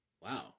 Wow